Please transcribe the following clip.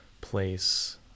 place